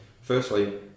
firstly